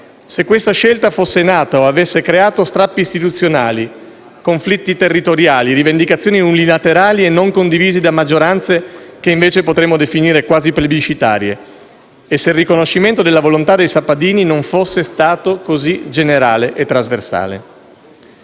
se questa scelta avesse creato o fosse nata da strappi istituzionali, conflitti territoriali e rivendicazioni unilaterali non condivisi da maggioranze che, invece, potremmo definire quasi plebiscitarie, e se il riconoscimento della volontà dei sappadini non fosse stato così generale e trasversale.